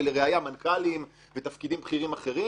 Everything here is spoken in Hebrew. ולראיה מנכ"לים ותפקידים בכירים אחרים